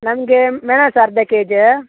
ನಮ್ಗೆ ಮೆಣಸು ಅರ್ಧ ಕೆ ಜಿ